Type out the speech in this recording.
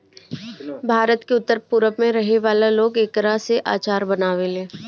भारत के उत्तर पूरब में रहे वाला लोग एकरा से अचार बनावेला